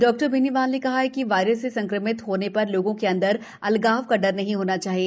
doctor Beniwal ने कहा कि वायरस से संक्रमित होने पर लोगों के अंदर अलगाव का डर नहीं होना चाहिए